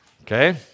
okay